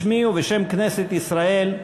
בשמי ובשם כנסת ישראל,